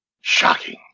Shocking